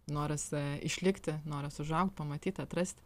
noras išlikti noras užaugt pamatyt atrast